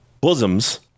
bosoms